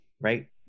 right